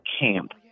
camp